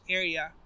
area